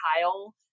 Kyle